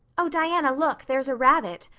oh, diana, look, there's a rabbit.